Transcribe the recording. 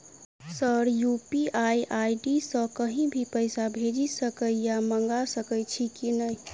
Sir UPI ID सँ कहि भी पैसा भेजि सकै या मंगा सकै छी की न ई?